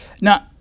Now